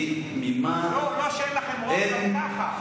לא שאין לכם רוב גם ככה.